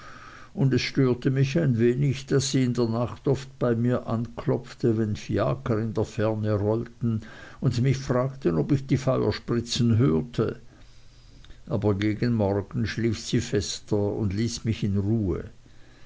und es störte mich ein wenig daß sie in der nacht oft bei mir anklopfte wenn fiaker in der ferne rollten und mich fragte ob ich die feuerspritzen hörte aber gegen morgen schlief sie fester und ließ mich in ruhe